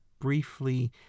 briefly